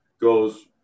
goes